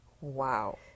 Wow